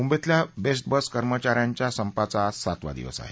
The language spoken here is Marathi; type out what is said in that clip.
मुंबईतल्या बेस्ट बस कर्मचाऱ्यांच्या संपाचा आज सातवा दिवस आहे